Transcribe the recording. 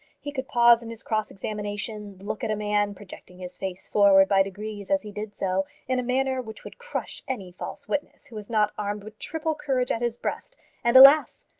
he could pause in his cross-examination, look at a man, projecting his face forward by degrees as he did so, in a manner which would crush any false witness who was not armed with triple courage at his breast and, alas!